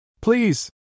Please